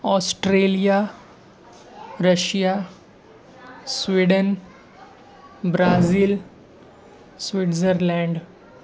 Australia Russia Sweden Brazil Switzerland